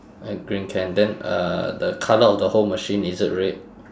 a green can then uh the colour of the whole machine is it red